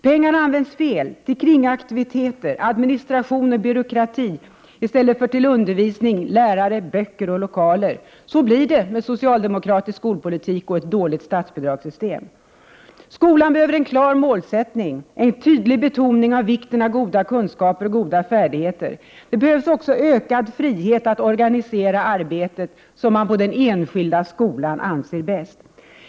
Pengarna används fel — till kringaktiviteter, administration och byråkrati i stället för till undervisning, lärare, böcker och lokaler. Så blir det med socialdemokratisk skolpolitik och ett dåligt statsbidragssystem. Skolan behöver en klar målsättning och en tydlig betoning av vikten av goda kunskaper och goda färdigheter. Det behövs också en ökad frihet att organisera arbetet som man på den enskilda skolan anser bäst.